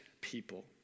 people